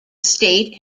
state